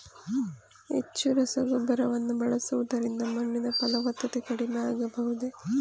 ಹೆಚ್ಚು ರಸಗೊಬ್ಬರವನ್ನು ಬಳಸುವುದರಿಂದ ಮಣ್ಣಿನ ಫಲವತ್ತತೆ ಕಡಿಮೆ ಆಗಬಹುದೇ?